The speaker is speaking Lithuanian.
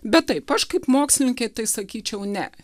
bet taip aš kaip mokslininkė tai sakyčiau ne